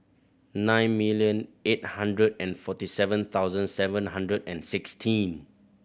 nine million eight hundred and forty seven thousand seven hundred and sixteen